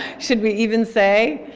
should we even say?